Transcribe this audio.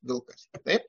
vilkas taip